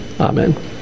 Amen